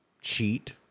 cheat